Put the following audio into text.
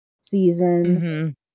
season